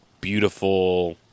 beautiful